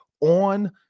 on